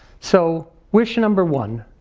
so wish number one,